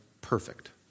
perfect